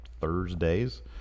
Thursdays